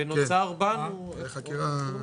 אבל הנפקת רישיון היה קיים ב-2019 עד 2021. הוא פקע,